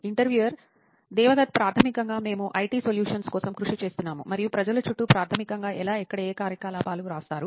interviewer Devdatt ప్రాథమికంగా మేము IT solutions కోసం కృషి చేస్తున్నాము మరియు ప్రజలు చుట్టూ ప్రాథమికంగా ఎలా ఎక్కడఏ కార్యకలాపాలు వ్రాస్తారు